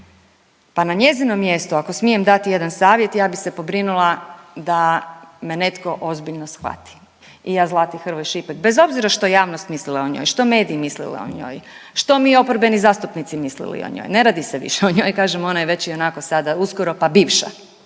pa na njezinu mjestu ako smijem dati jedan savjet ja bi se pobrinula da me netko ozbiljno shvati i ja Zlati Hrvoj Šipek bez obzira što javnost mislila o njoj, što mediji mislili o njoj, što mi oporbeni zastupnici mislili o njoj ne radi se više o njoj, kažem onda je već i onako sada uskoro pa bivša,